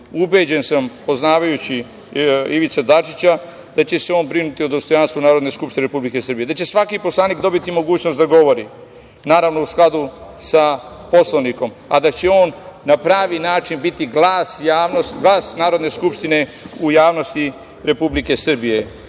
Ubeđen sam, poznavajući Ivicu Dačića, da će se on brinuti o dostojanstvu Narodne skupštine Republike Srbije, da će svaki poslanik dobiti mogućnost da govori, naravno u skladu sa Poslovnikom, a da će on na pravi način biti glas Narodne skupštine u javnosti Republike Srbije. Potpuno